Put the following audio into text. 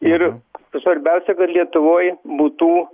ir svarbiausia kad lietuvoj būtų